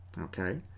okay